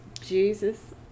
Jesus